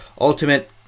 ultimate